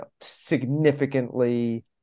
significantly